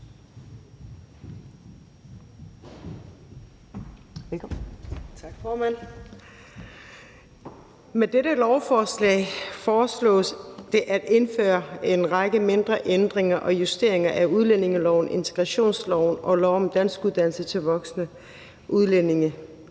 Med dette lovforslag foreslås det at indføre en række mindre ændringer og justeringer af udlændingeloven, integrationsloven og lov om danskuddannelse til voksne udlændinge.